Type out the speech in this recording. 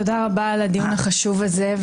תודה רבה על הדיון החשוב הזה,